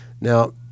Now